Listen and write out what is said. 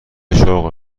شغل